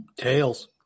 Tails